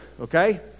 okay